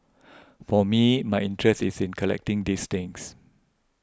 for me my interest is in collecting these things